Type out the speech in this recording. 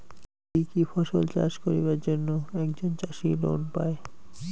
কি কি ফসল চাষ করিবার জন্যে একজন চাষী লোন পায়?